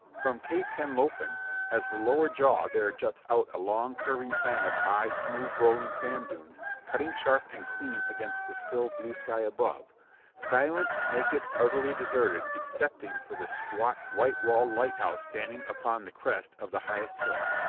from cape henlopen as the lower jaw there juts out a long, curving fang of high, smooth-rolling sand dunes, cutting sharp and clean against the still, blue sky above silent, naked, utterly deserted, excepting for the squat, white-walled lighthouse standing upon the crest of the highest hill.